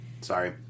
sorry